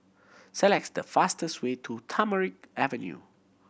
select the fastest way to Tamarind Avenue